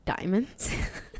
diamonds